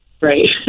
Right